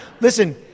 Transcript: Listen